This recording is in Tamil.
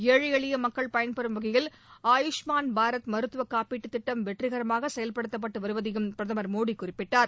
ஏழை எளிய மக்கள் பயன்பெறும் வகையில் ஆயுஷ்மான் பாரத் மருத்துவக் காப்பீட்டுத் திட்டம் வெற்றிகரமாக செயல்படுத்தப்பட்டு வருவதையும் பிரதமர் மோடி குறிப்பிட்டார்